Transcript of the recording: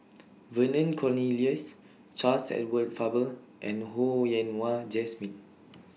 Vernon Cornelius Charles Edward Faber and Ho Yen Wah Jesmine